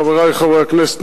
חברי חברי הכנסת,